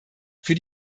für